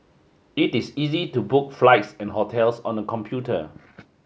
it is easy to book flights and hotels on the computer